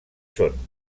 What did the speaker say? són